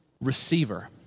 receiver